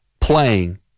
playing